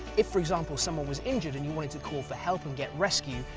if for example someone was injured and you wanted to call for help and get rescue,